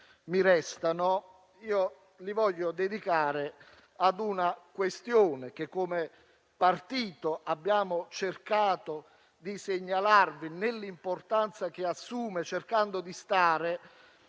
mi restano li voglio dedicare ad una questione che, come partito, abbiamo cercato di segnalarvi, nell'importanza che assume, cercando di stare